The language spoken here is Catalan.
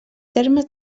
termes